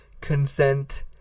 consent